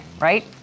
right